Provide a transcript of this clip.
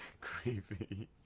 Creepy